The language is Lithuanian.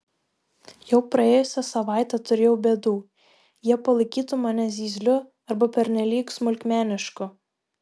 jau praėjusią savaitę turėjau bėdų jie palaikytų mane zyzliu arba pernelyg smulkmenišku